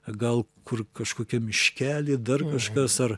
gal kur kažkokiam miškely dar kažkas ar